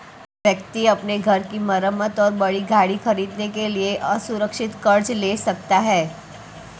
व्यक्ति अपने घर की मरम्मत और बड़ी गाड़ी खरीदने के लिए असुरक्षित कर्ज ले सकता है